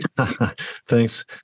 Thanks